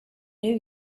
new